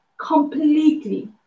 completely